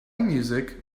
music